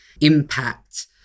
impact